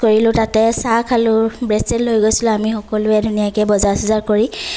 breakfast কৰিলো তাতে তাহ খালো ব্ৰেড চ্ৰেড লৈ গৈছিলো আমি সকলোৱে ধুনীয়াকৈ বজাৰ চজাৰ কৰি